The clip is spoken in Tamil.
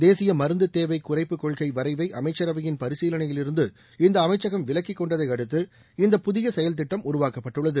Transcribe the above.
தேசிய மருந்து தேவை குறைப்பு கொள்கை வரைவை அமைச்சரவையின் பரிசீலனையிலிருந்து இந்த அமைச்சகம் விலக்கிக்கொண்டதை அடுத்து இந்த புதிய செயல் திட்டம் உருவாக்கப்பட்டுள்ளது